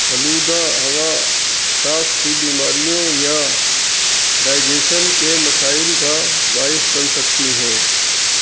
ہلودہ ہوا ساانس کی بیماریوں یا ڈائجیشن کے مسائل کا باعث بن سکتی ہیں